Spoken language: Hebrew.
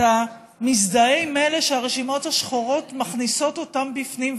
אתה מזדהה עם אלה שהרשימות השחורות מכניסות אותם בפנים,